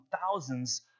thousands